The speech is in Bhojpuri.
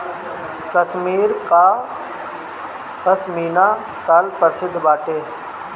कश्मीर कअ पशमीना शाल प्रसिद्ध बाटे